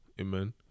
Amen